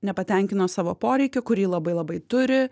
nepatenkino savo poreikio kurį labai labai turi